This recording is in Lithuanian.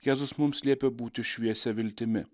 jėzus mums liepia būti šviesia viltimi